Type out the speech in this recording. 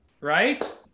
right